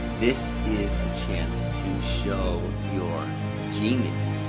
this is the chance to show your journey.